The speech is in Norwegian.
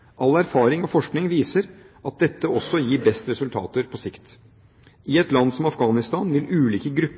All erfaring og forskning viser at dette også gir best resultater på sikt. I et land som Afghanistan vil ulike